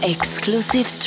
Exclusive